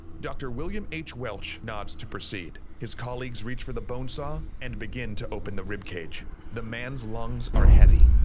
dr. william h. welch nods to proceed. his colleagues reach for the bone saw and begin to open the ribcage. the man's lungs are heavy.